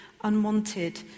unwanted